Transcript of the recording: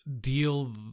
deal